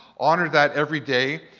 honor that everyday.